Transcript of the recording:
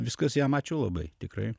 viskas jam ačiū labai tikrai